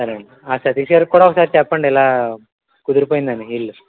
సరే అండి సతీష్గారికి కూడా ఒకసారి చెప్పండి ఇలా కుదిరిపోయిందని ఇల్లు